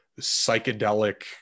psychedelic